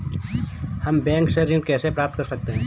हम बैंक से ऋण कैसे प्राप्त कर सकते हैं?